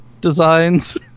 designs